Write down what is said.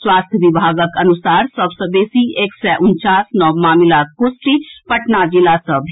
स्वास्थ्य विभागक अनुसार सभ सँ बेसी एक सय उनचास नव मामिलाक पुष्टि पटना जिला सँ भेल